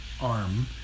arm